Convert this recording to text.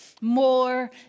more